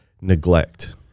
neglect